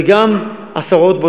וגם עשרות,